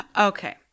Okay